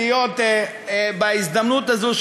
להיות בהזדמנות הזאת,